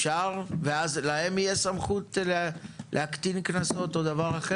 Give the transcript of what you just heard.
ואז להם תהיה סמכות להקטין קנסות, או דבר אחר?